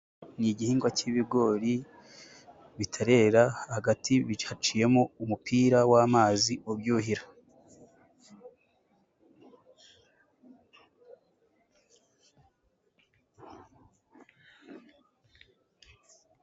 Ni igihingwa cy'ibigori bitarera, hagati haciyemo umupira w'amazi ubyuhira.